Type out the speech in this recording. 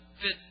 fit